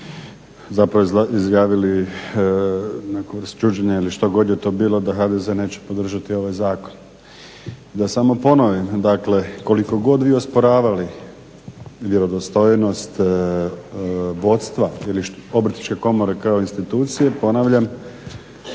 zapravo izjavili neku vrst čuđenja ili što god je to bilo da HDZ neće podržati ovaj zakon. Da samo ponovim, dakle koliko god vi osporavali vjerodostojnost vodstva ili Obrtničke komore kao institucije ponavljam